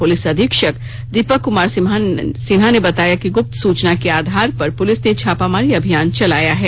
police अधीक्षक दीपक कुमार सिन्हा ने बताया कि गुप्त सूचना के आधार पर पुलिस ने छापामारी अभियान चलाया है